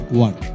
one